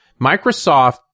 Microsoft